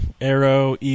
Arrow